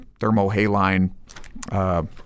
thermohaline